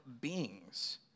beings